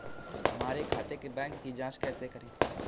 हमारे खाते के बैंक की जाँच कैसे करें?